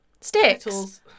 Sticks